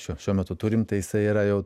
šiuo šiuo metu turim tai jisai yra jau